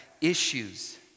issues